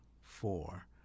four